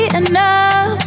enough